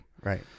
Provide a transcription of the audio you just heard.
Right